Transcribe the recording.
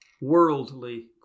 worldly